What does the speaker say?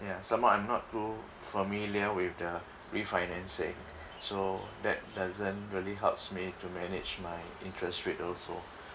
ya some more I'm not too familiar with the refinancing so that doesn't really helps me to manage my interest rate also